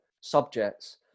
subjects